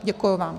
Děkuji vám.